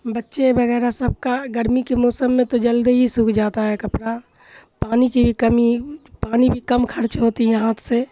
بچے وغیرہ سب کا گرمی کے موسم میں تو جلدے ہی سوکھ جاتا ہے کپڑا پانی کی بھی کمی پانی بھی کم خرچ ہوتی ہے ہاتھ سے